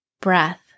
breath